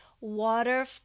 water